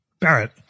Barrett